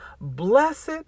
Blessed